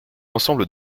ensemble